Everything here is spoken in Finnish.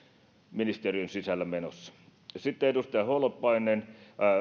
ministeriön sisällä menossa sitten edustaja holopainen